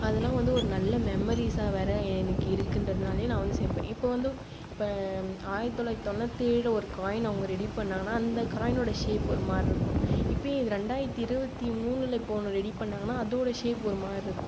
அது எல்லாம் வந்து ஒரு நல்ல மெமரீஸாக வேறு எனக்கு இருக்கிறதனால் நான் வந்து சேர்ப்பேன் இப்போ வந்து இப்போ ஆயிரத் தொள்ளாயிரத்து தொண்ணூற்றி ஏழில் ஒரு காயின் அவங்க ரெடி பண்ணாங்கன்னா அந்த காயினுடைய ஷேப் ஒரு மாதிரி இருக்கும் இப்போதே இது இரண்டாயிரத்து இருபத்தி மூன்றில் இப்போ ஒன்று ரெடி பண்ணாங்கன்னா அதோட ஷேப் ஒரு மாதிரி இருக்கும்